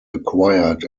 acquired